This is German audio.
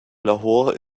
lahore